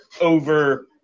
over